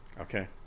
Okay